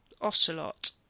ocelot